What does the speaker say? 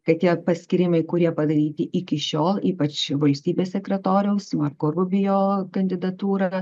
kad tie paskyrimai kurie padaryti iki šiol ypač valstybės sekretoriaus marko rubijo kandidatūra